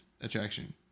attraction